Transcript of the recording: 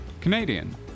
Canadian